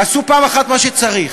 תעשו פעם אחת מה שצריך.